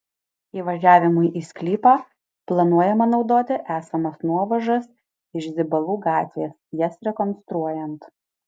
įvažiavimui į sklypą planuojama naudoti esamas nuovažas iš zibalų gatvės jas rekonstruojant